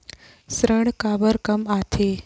ऋण काबर कम आथे?